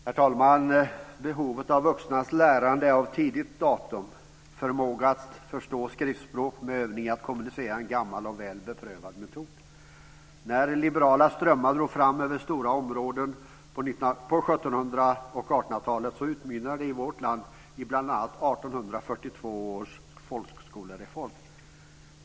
Herr talman! Idén om behovet av vuxnas lärande är av tidigt datum. Förmågan att förstå skriftspråk med övning i att kommunicera är en gammal och välbeprövad metod. När liberala strömmar drog fram över stora områden på 1700 och 1800-talen utmynnade det i vårt land bl.a. i 1842 års folkskolereform.